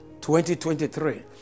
2023